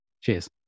Cheers